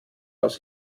aus